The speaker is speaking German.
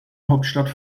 hauptstadt